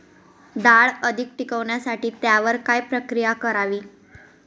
डाळ अधिक टिकवण्यासाठी त्यावर काय प्रक्रिया करावी?